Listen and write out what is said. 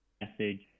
message